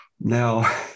now